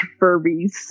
Furbies